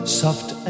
soft